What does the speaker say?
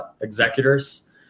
executors